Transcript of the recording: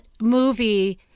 movie